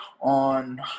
on